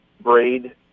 braid